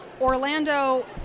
Orlando